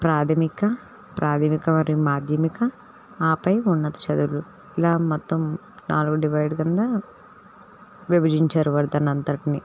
ప్రాధమిక ప్రాధమిక మరియు మాధ్యమిక ఆపై ఉన్నత చదువులు ఇలా మొత్తం నాలుగు డివైడ్ కింద విభజించారు వారు దానంతటినీ